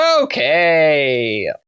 Okay